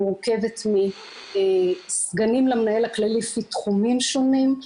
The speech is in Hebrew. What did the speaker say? מורכבת מסגנים למנהל ה כללי לפי תחומים שונים,